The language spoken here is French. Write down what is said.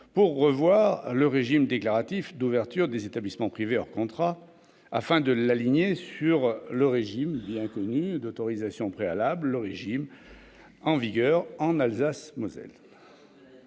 pour revoir le régime déclaratif d'ouverture des établissements privés hors contrat afin de l'aligner sur le régime d'autorisation préalable actuellement en vigueur en Alsace-Moselle.